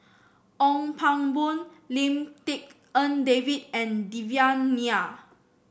Ong Pang Boon Lim Tik En David and Devan Nair